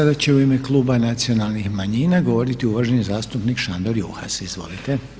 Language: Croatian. Sada će u ime kluba nacionalnih manjina govoriti uvaženi zastupnik Šandor Juhas.